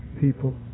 people